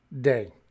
Day